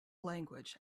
language